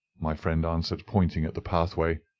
my friend answered, pointing at the pathway.